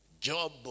Job